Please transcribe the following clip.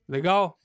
Legal